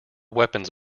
weapons